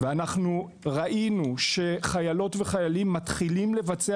אנחנו ראינו שחיילות וחיילים מתחילים לבצע